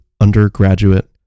undergraduate